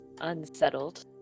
unsettled